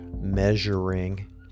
measuring